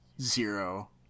zero